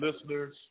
listeners